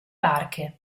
barche